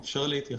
ואני אשמח להתייחס